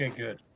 good.